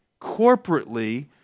corporately